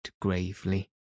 gravely